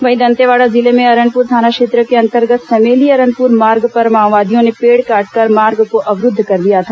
वहीं दंतवोड़ा जिले में अरनपुर थाना क्षेत्र के अंतर्गत समेली अरनपुर मार्ग पर माओवादियों ने पेड़ काटकर मार्ग को अवरूद्व कर दिया था